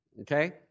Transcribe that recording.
Okay